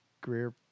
Greer